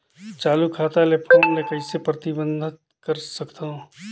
चालू खाता ले फोन ले कइसे प्रतिबंधित कर सकथव?